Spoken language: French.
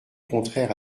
contraire